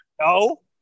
no